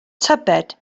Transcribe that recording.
tybed